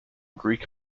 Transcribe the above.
greek